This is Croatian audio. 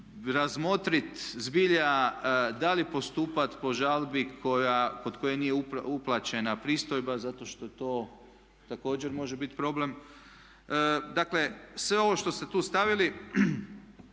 razmotriti zbilja da li postupati po žalbi kod koje nije uplaćena pristojba zato što to također može biti problem. Dakle sve ovo što ste tu stavili